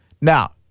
Now